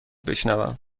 بشنوم